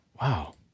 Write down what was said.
Wow